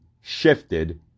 shifted